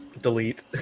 delete